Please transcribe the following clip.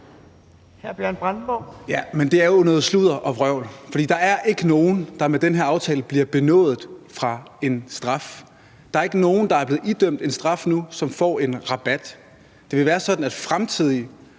Bjørn Brandenborg (S): Jamen det er jo noget sludder og vrøvl. For der er ikke nogen, der med den her aftale bliver benådet fra en straf. Der er ikke nogen, der er blevet idømt en straf nu, som får en rabat. Det vil være sådan, at fremtidige,